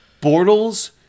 Bortles